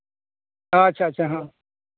ᱟᱪᱪᱷᱟ ᱟᱪᱪᱷᱟ ᱦᱚᱸ